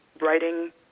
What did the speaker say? writing